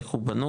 איך הוא בנוי,